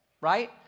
right